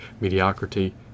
mediocrity